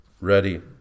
ready